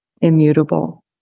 immutable